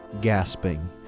gasping